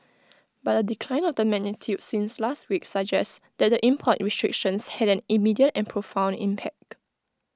but A decline of the magnitude since last week suggests that the import restrictions had an immediate and profound impact